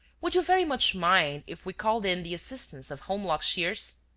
would you very much mind if we called in the assistance of holmlock shears?